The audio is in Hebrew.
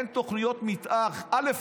אין תוכניות מתאר, א.